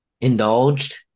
indulged